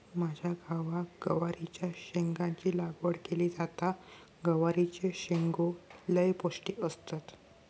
माझ्या गावात गवारीच्या शेंगाची लागवड केली जाता, गवारीचे शेंगो लय पौष्टिक असतत